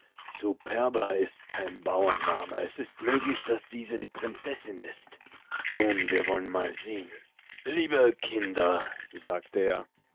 superba ist kein bauername es ist möglich daß diese die prinzessin ist nun wir wollen mal sehen liebe kinder sagte er